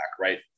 right